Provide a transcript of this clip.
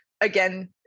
again